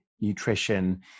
nutrition